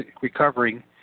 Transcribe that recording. recovering